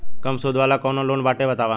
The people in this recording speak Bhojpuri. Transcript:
कम सूद वाला कौन लोन बाटे बताव?